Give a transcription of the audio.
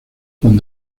con